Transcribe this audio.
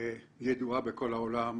ידועה בכל העולם.